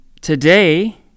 today